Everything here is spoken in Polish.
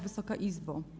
Wysoka Izbo!